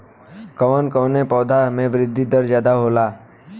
कवन कवने पौधा में वृद्धि दर ज्यादा होला?